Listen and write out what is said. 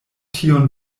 tion